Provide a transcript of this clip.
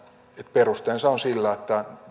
perusteensa on sillä että